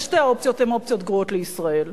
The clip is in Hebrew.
ושתי האופציות הן אופציות גרועות לישראל.